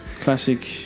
classic